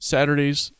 Saturdays